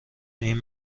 این